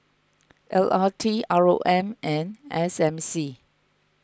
L R T R O M and S M C